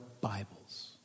Bibles